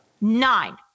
Nine